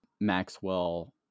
maxwell